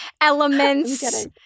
elements